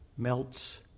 melts